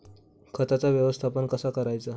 खताचा व्यवस्थापन कसा करायचा?